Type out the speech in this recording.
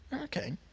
Okay